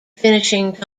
finishing